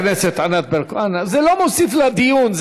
חברת הכנסת ענת ברקו, אנא, זה לא מוסיף לדיון.